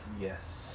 yes